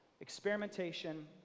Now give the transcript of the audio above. experimentation